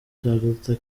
luther